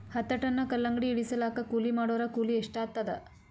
ಹತ್ತ ಟನ್ ಕಲ್ಲಂಗಡಿ ಇಳಿಸಲಾಕ ಕೂಲಿ ಮಾಡೊರ ಕೂಲಿ ಎಷ್ಟಾತಾದ?